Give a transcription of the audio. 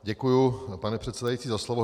Děkuji, pane předsedající, za slovo.